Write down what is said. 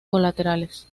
colaterales